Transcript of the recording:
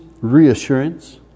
reassurance